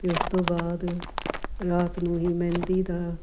ਅਤੇ ਉਸ ਤੋਂ ਬਾਅਦ ਰਾਤ ਨੂੰ ਹੀ ਮਹਿੰਦੀ ਦਾ